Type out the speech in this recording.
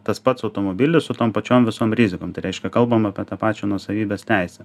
tas pats automobilis su tom pačiom visom rizikom tai reiškia kalbam apie tą pačią nuosavybės teisę